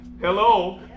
Hello